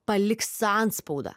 paliks antspaudą